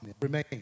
remain